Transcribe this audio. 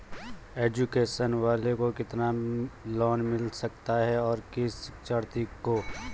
Education loan कितना मिल सकता है और किस शिक्षार्थी को?